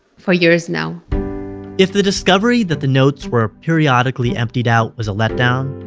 for years now if the discovery that the notes were periodically emptied out was a let down,